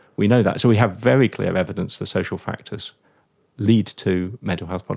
we know that. so we have very clear evidence that social factors lead to mental health but